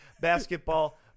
basketball